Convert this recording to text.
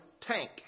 tank